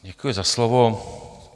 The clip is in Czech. Děkuji za slovo.